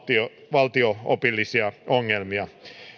valtio opillisia ongelmia